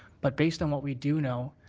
but based on what we do know,